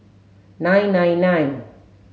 nine nine nine